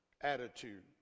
attitude